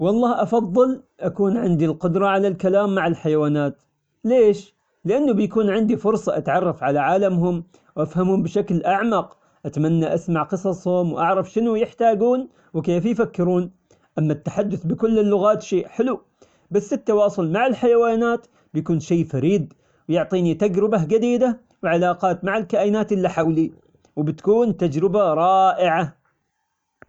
والله أفضل أكون عندي القدرة على الكلام مع الحيوانات، ليش؟ لأنه بيكون عندي فرصة أتعرف على عالمهم وأفهمهم بشكل أعمق، أتمنى أسمع قصصهم وأعرف شنو يحتاجون وكيف يفكرون، أما التحدث بكل اللغات شي حلو بس التواصل مع الحيوانات شي فريد ويعطيني تجربة جديدة وعلاقات مع الكائنات اللي حولي وبتكون تجربة رائعة.